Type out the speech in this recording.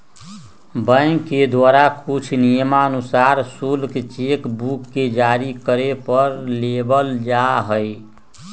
bank के द्वारा कुछ नियमानुसार शुल्क चेक बुक के जारी करे पर लेबल जा हई